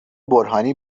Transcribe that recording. برهانی